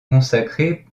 consacrée